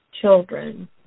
children